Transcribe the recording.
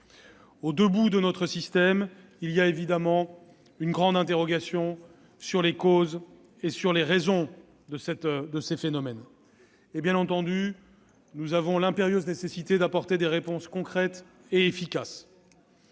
extrémités de notre système se pose évidemment une grande interrogation sur les causes et les raisons de ces phénomènes. Bien entendu, nous avons l'impérieuse nécessité d'apporter des réponses concrètes et efficaces.